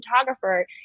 photographer